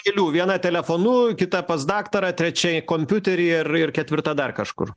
eilių viena telefonu kitą pas daktarą trečia kompiuteryje ir ir ketvirta dar kažkur